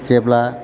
जेब्ला